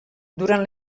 durant